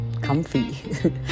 Comfy